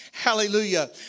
hallelujah